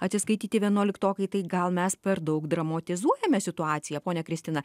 atsiskaityti vienuoliktokai tai gal mes per daug dramatizuojame situaciją ponia kristina